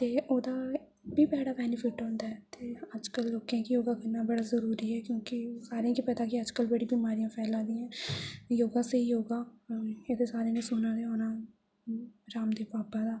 ते ओहदा एह्बी बड़ा बेनिफिट होंदा ऐ ते अज्जकल लोकें योगा करना बड़ा ज़रूरी ऐ क्योंकि सारें गी पता कि अज्जकल बड़ियां बमारियां फैला दियां योगा से ही योगा एह् ते सारेआं सुनेआ होना रामदेव बाबा दा